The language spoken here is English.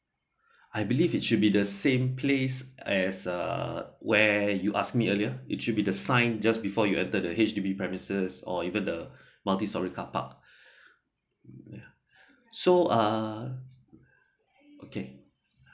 I believe it should be the same place as uh where you ask me earlier it should be the sign just before you enter the H_D_B premises or even the multistorey carpark so uh okay